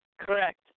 Correct